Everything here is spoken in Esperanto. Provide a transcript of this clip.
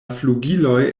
flugiloj